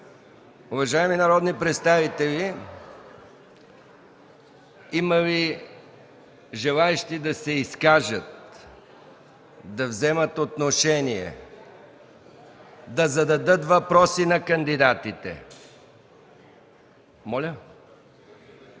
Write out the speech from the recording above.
Уважаеми народни представители, има ли желаещи да се изкажат, да вземат отношение, да зададат въпроси на кандидатите?